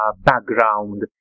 background